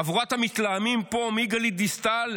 חבורת המתלהמים פה, גלית דיסטל,